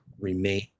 remain